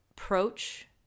Approach